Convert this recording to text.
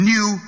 New